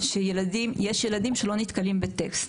יש ילדים שלא נתקלים בטקסט,